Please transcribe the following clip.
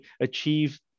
achieve